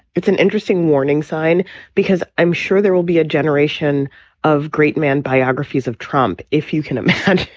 it's an interesting warning sign because i'm sure there will be a generation of great man biographies of trump, if you can imagine.